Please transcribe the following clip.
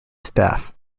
staff